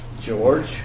George